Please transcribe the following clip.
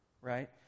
right